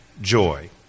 joy